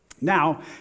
Now